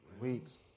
Weeks